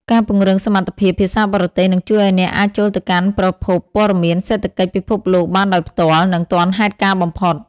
ការពង្រឹងសមត្ថភាពភាសាបរទេសនឹងជួយឱ្យអ្នកអាចចូលទៅកាន់ប្រភពព័ត៌មានសេដ្ឋកិច្ចពិភពលោកបានដោយផ្ទាល់ និងទាន់ហេតុការណ៍បំផុត។